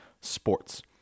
sports